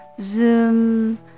zoom